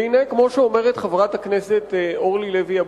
והנה, כמו שאומרת חברת הכנסת אורלי לוי אבקסיס,